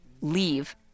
leave